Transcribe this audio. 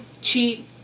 cheat